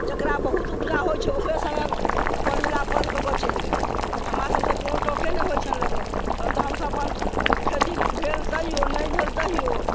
जेकरा बहुत उपजा होइ छै ओकरे सङ्गे अपन मिलाप कऽ कऽ चलि गेलनि हमरा सभसँ कोनो टके नहि होइ छनि एहि लकऽ तखन तऽ हम सभ अपन खेती भेल तय्यौ नहि भेल तय्यौ